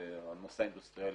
הנושא האינדוסטריאלי,